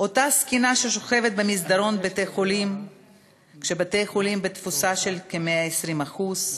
אותה זקנה ששוכבת במסדרון בית-החולים כשבתי-החולים בתפוסה של כ-120%;